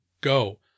go